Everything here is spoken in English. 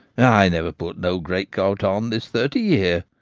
i never put no great coat on this thirty year.